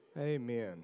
Amen